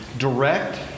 direct